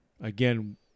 again